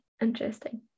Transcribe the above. interesting